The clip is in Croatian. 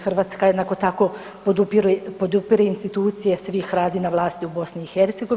Hrvatska jednako tako podupire institucije svih razina vlasti u BiH.